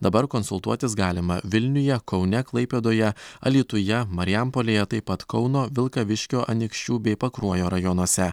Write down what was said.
dabar konsultuotis galima vilniuje kaune klaipėdoje alytuje marijampolėje taip pat kauno vilkaviškio anykščių bei pakruojo rajonuose